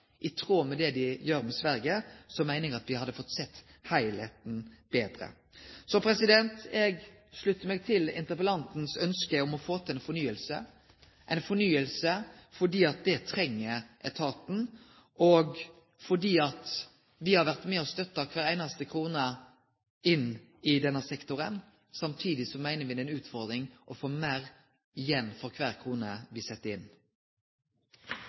i tråd med det dei gjer i Sverige, meiner eg at me betre hadde sett heilskapen. Eg sluttar meg til interpellantens ønske om å få til ei fornying. Det treng etaten. Me har vore med på å støtte kvar einaste krone inn i denne sektoren. Samtidig meiner me at det er ei utfordring å få meir igjen for kvar krone me set inn.